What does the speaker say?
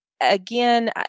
again